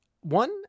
One